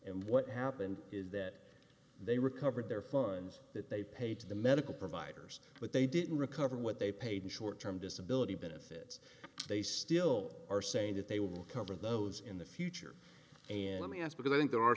and what happened is that they recovered their farms that they paid to the medical providers but they didn't recover what they paid in short term disability benefits they still are saying that they will cover those in the future and let me ask because i think there are